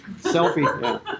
Selfie